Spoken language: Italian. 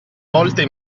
volte